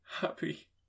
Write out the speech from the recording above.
happy